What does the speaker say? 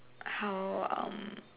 how um